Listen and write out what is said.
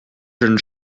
jeunes